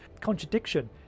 contradiction